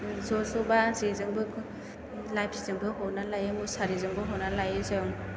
ज' ज'ब्ला जेजोंबो लाफिजोंबो हमनानै लायो मुसारिजोंबो हमनानै लायो जों